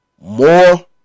more